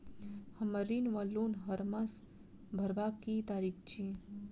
हम्मर ऋण वा लोन हरमास भरवाक की तारीख अछि?